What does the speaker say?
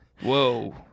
Whoa